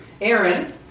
Aaron